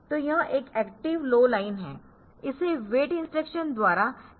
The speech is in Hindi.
तो यह एक एक्टिव लो लाइन है इसे वेट इंस्ट्रक्शन द्वारा टेस्ट किया जाता है